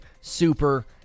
Super